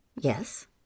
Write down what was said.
Yes